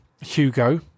Hugo